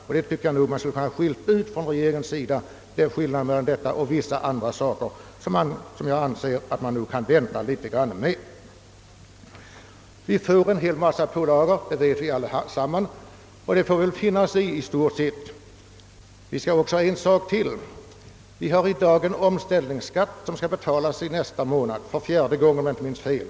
Jag tycker att regeringen borde ha skilt ut dessa ting från andra, som vi kan vänta något med. Det blir nu en mängd pålagor — det vet vi och det får vi väl i stort sett finna oss i. Vi har emellertid en, låt mig kalla den omställningsskatt, som i nästa månad skall betalas för fjärde gången, om jag inte minns fel.